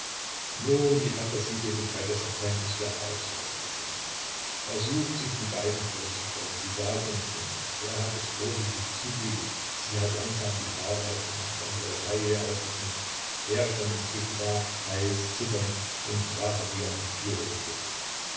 nun die phantasietätigkeit des certain ist ja auch sehr interessant er sucht sich die beiden vorzustellen sie saßen im zimmer er hat es vorsichtig zugeriegelt sie hat langsam die haare aufgemacht dann ihre taille aufgeknöpft er stand inzwischen da heiß zitternd und fraß an ihr mit gierigen blicken